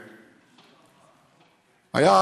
היה,